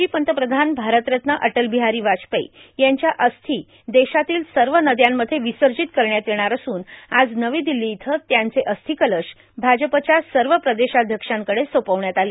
माजी पंतप्रधान भारतरत्न अटलबिहारी वाजपेयी यांच्या अस्थी देशातल्या सर्व नद्यांमध्ये विसर्जित करण्यात येणार असून आज नवी दिल्ली इथं त्यांचे अस्थिकलश भाजपच्या सर्व प्रदेशाध्यक्षांकडे सोपवण्यात आले